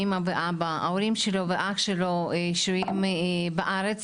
אימא ואבא; ההורים שלו ואח שלו שוהים בארץ,